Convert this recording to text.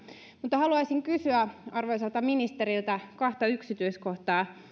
mutta haluaisin kysyä arvoisalta ministeriltä kahta yksityiskohtaa